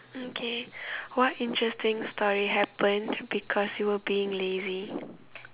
okay what interesting story happen because you were being lazy